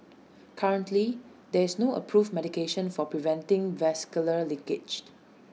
currently there is no approved medication for preventing vascular leakage